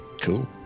Cool